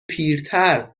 پیرتر